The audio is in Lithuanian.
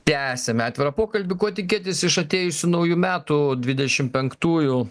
tęsiame atvirą pokalbį ko tikėtis iš atėjusių naujų metų dvidešimt penktųjų